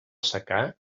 secà